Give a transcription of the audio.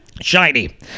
shiny